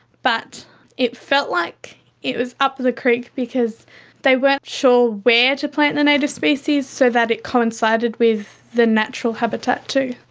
but it felt like it was up the creek because they weren't sure where to plant the native species so that it coincided with the natural habitat too.